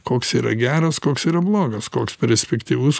koks yra geras koks yra blogas koks perspektyvus